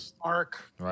arc